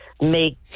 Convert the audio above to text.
make